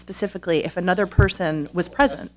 specifically if another person was president